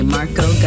Marco